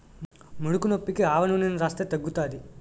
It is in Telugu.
ముడుకునొప్పికి ఆవనూనెని రాస్తే తగ్గుతాది